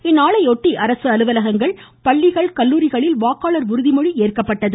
இந்நாளையொட்டி அரசு அலுவலகங்கள் பள்ளிகள் கல்லூரிகளில் வாக்காளர் உறுதிமொழி ஏற்கப்பட்டது